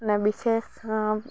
নে বিশেষ